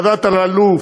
ועדת אלאלוף,